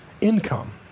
income